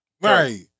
right